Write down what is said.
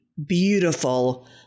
beautiful